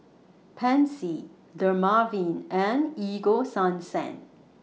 Pansy Dermaveen and Ego Sunsense